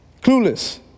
Clueless